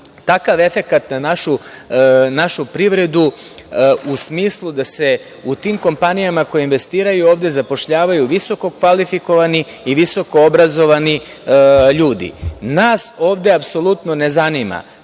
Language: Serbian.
takav efekat na našu privredu u smislu da se u tim kompanijama koje investiraju ovde zapošljavaju visokokvalifikovani i visokoobrazovani ljudi. Nas ovde apsolutno ne zanima